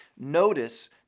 Notice